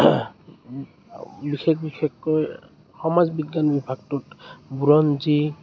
বিশেষ বিশেষকৈ সমাজ বিজ্ঞান বিভাগটোত বুৰঞ্জী